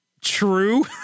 true